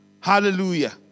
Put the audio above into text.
Hallelujah